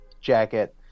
jacket